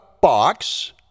box